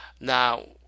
Now